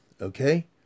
okay